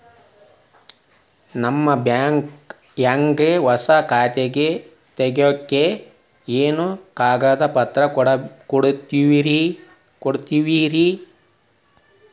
ನಿಮ್ಮ ಬ್ಯಾಂಕ್ ನ್ಯಾಗ್ ಹೊಸಾ ಖಾತೆ ತಗ್ಯಾಕ್ ಏನೇನು ಕಾಗದ ಪತ್ರ ಬೇಕಾಗ್ತಾವ್ರಿ?